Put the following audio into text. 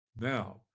Now